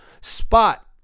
spot